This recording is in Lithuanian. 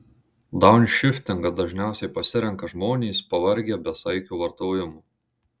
daunšiftingą dažniausiai pasirenka žmonės pavargę besaikio vartojimo